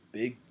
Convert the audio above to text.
big